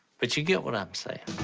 but you get what i'm saying.